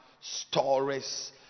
stories